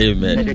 Amen